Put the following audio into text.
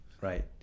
right